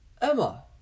Emma